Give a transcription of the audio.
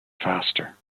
faster